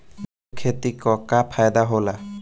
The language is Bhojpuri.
जैविक खेती क का फायदा होला?